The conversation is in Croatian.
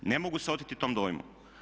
Ne mogu se oteti tom dojmu.